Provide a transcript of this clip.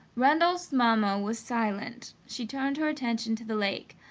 randolph's mamma was silent she turned her attention to the lake.